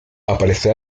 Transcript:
aparece